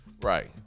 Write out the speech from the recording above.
right